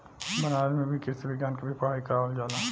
बनारस में भी कृषि विज्ञान के भी पढ़ाई करावल जाला